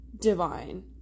divine